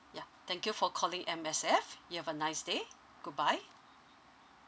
ya thank you for calling M_S_F you have a nice day goodbye